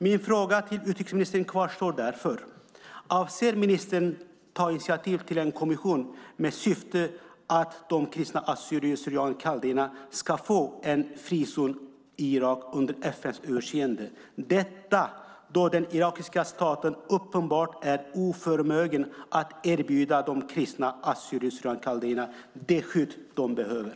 Min fråga till utrikesministern kvarstår alltså: Avser ministern att ta initiativ till en kommission med syftet att kristna assyrier kaldéer får en frizon i Irak under FN:s överinseende - detta då den irakiska staten uppenbart är oförmögen att erbjuda kristna assyrier kaldéer det skydd som de behöver?